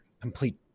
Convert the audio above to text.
complete